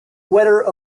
wetter